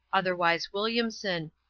otherwise williamson,